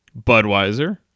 Budweiser